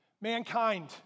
mankind